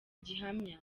gihamya